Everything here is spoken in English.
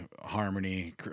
harmony